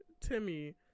timmy